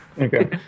Okay